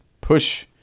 push